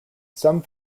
some